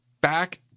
back